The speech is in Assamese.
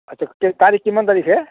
আচ্ছা তাৰিখ কিমান তাৰিখে